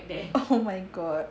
oh my god